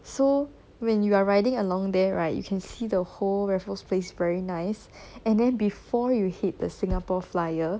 so when you are riding along there right you can see the whole raffles place very nice and then before you hit the singapore flyer